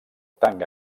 tanc